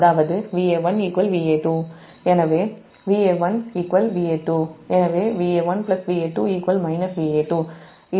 எனவே Va1 பின்னர் Va1 Va2 எனவே Va1 Va2 Va2 இது சமன்பாடு-